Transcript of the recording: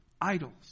Idols